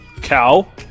Cow